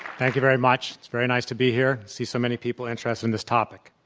thank you very much, it's very nice to be here, see so many people interested in this topic.